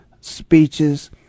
speeches